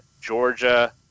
Georgia